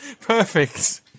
Perfect